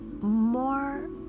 more